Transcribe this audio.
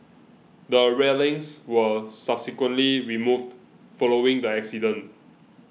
the railings were subsequently removed following the accident